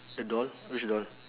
the doll which doll